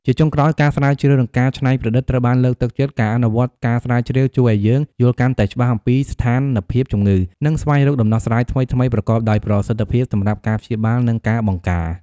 ជាចុងក្រោយ ការស្រាវជ្រាវ និងការច្នៃប្រឌិត ត្រូវបានលើកទឹកចិត្ត ការអនុវត្តការស្រាវជ្រាវជួយឱ្យយើងយល់កាន់តែច្បាស់អំពីស្ថានភាពជំងឺ និងស្វែងរកដំណោះស្រាយថ្មីៗ ប្រកបដោយប្រសិទ្ធភាពសម្រាប់ការព្យាបាល និងការបង្ការ។